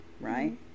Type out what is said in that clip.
right